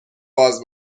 باز